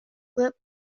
equipped